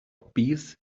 peace